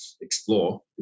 explore